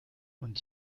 und